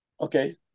okay